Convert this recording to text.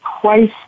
twice